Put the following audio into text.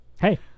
Hey